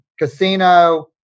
casino